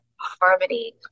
harmony